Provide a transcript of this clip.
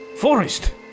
forest